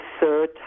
third